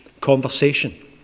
conversation